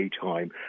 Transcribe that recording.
time